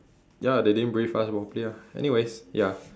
ya they didn't brief us properly ah anyways ya